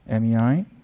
MEI